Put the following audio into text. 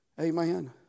Amen